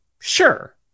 sure